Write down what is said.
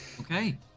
Okay